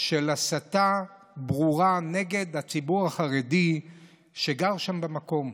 של הסתה ברורה נגד הציבור החרדי שגר שם במקום,